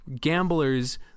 gamblers